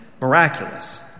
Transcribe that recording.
miraculous